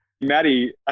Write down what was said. Maddie